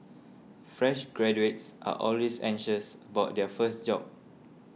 fresh graduates are always anxious about their first job